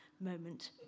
moment